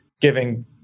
giving